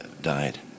died